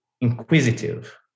inquisitive